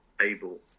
able